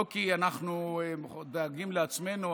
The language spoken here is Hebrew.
לא כי אנחנו מאוד דואגים לעצמנו,